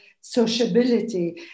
sociability